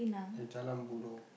at jalan buroh